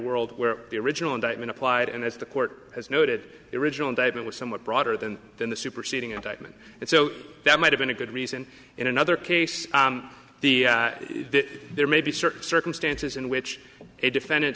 world where the original indictment applied and as the court has noted your original indictment was somewhat broader than than the superseding indictment and so that might have been a good reason in another case there may be certain circumstances in which a defendant